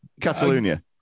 Catalonia